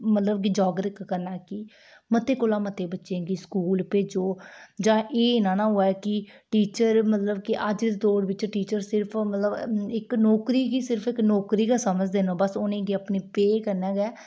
मतलब कि जागरूक करना कि मते कोला मते बच्चें गी स्कूल भेजो जां एह् निं ना होऐ कि टीचर मतलब कि अज्ज दे दौर बिच टीचर सिर्फ मतलब इक नौकरी गी बी सिर्फ नौकरी गै समझदे न बस उनें गी अपनी पेऽ कन्नै गै